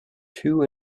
two